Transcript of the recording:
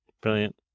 Brilliant